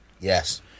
Yes